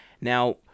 Now